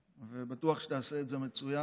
ובטוח שתעשה את זה מצוין.